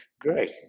Great